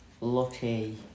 Lucky